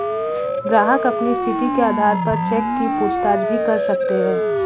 ग्राहक अपनी स्थिति के आधार पर चेक की पूछताछ भी कर सकते हैं